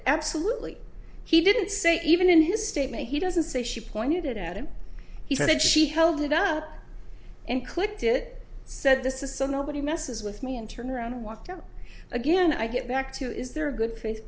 absolutely he didn't say even in his statement he doesn't say she pointed it at him he said she held it up and clicked it said this is so nobody messes with me and turn around and walked out again i get back to is there a good fa